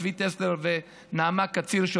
צבי טסלר ונעמה קציר,